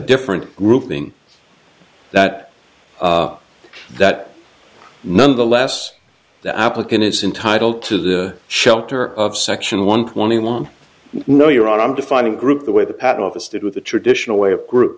different group thing that that none of the last the applicant is entitle to the shelter of section one twenty one no your honor i'm defining the group the way the patent office did with the traditional way of group